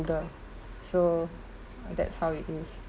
so that's how it is